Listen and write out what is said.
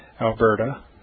Alberta